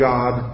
God